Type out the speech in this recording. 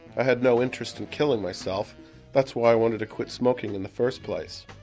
i had no interest in killing myself that's why i wanted to quit smoking in the first place.